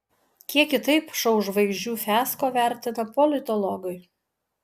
kiek kitaip šou žvaigždžių fiasko vertina politologai